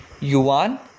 Yuan